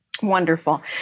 Wonderful